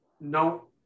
No